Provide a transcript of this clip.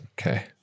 Okay